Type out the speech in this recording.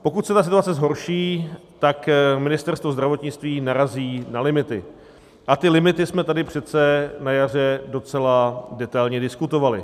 Pokud se situace zhorší, tak Ministerstvo zdravotnictví narazí na limity a ty limity jsme tady přece na jaře docela detailně diskutovali.